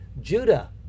Judah